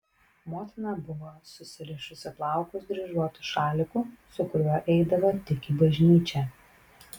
motina buvo susirišusi plaukus dryžuotu šaliku su kuriuo eidavo tik į bažnyčią